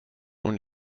und